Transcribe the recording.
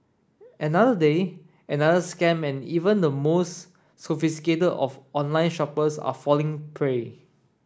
another day another scam and even the most sophisticated of online shoppers are falling prey